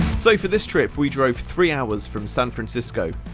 so, for this trip, we drove three hours from san francisco,